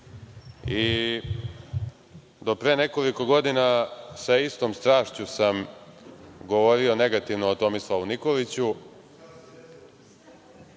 Do pre nekoliko godina sa istom strašću sam govorio negativno o Tomislavu Nikoliću,